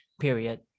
period